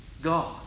God